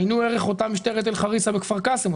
עיינו ערך משטרת אל חריסה בכפר קאסם,